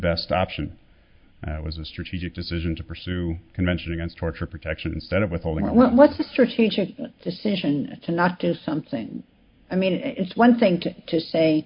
best option it was a strategic decision to pursue convention against torture protection instead of withholding what's a strategic decision to not do something i mean it's one thing to say